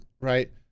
right